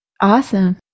Awesome